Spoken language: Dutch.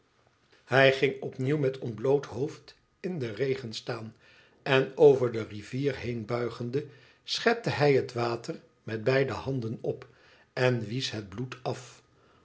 hij ging opnieuw met ontbloot hoofd in den regen staan en over de rivier heen buifi ende schepte hij het water met beide handen op en wiesch het bloed af